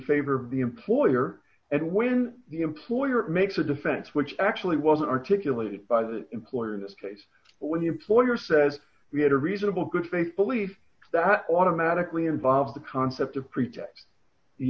favor of the employer and when the employer makes a defense which actually was articulated by the employer in this case when the employer says we had a reasonable good faith belief that automatically involve the concept of pretext the